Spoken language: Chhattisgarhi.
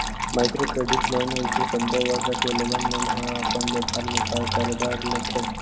माइक्रो क्रेडिट लोन अइसे सब्बो वर्ग के लोगन मन ह अपन बेपार बेवसाय करे बर लेथे